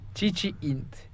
Chi-chi-int